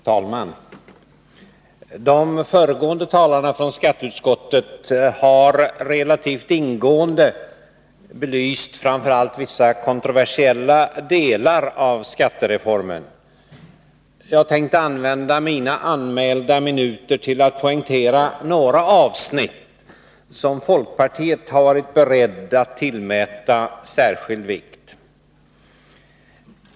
Fru talman! De föregående talarna från skatteutskottet har relativt ingående belyst framför allt vissa kontroversiella delar av skattereformen. Jag tänkte använda mina anmälda minuter till att poängtera några avsnitt som folkpartiet har varit berett att tillmäta särskild vikt.